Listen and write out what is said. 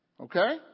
Okay